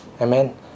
amen